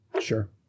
Sure